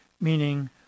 meaning